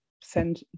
send